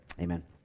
Amen